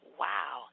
wow